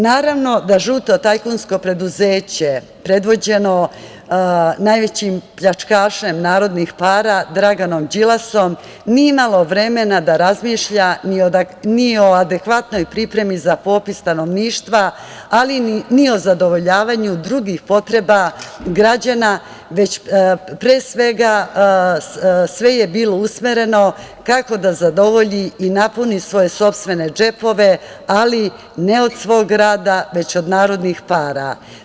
Naravno da žuto tajkunsko preduzeće predvođene najvećim pljačkašem narodnih para, Draganom Đilasom, nije imalo vremena da razmišlja ni o adekvatnoj pripremi za popis stanovništva, ali ni o zadovoljavanju drugih potreba građana, već pre svega sve je bilo usmereno kako da zadovolji i napuni svoje sopstvene džepove, ali ne od svog rada, već od narodnih para.